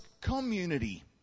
community